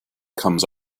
comes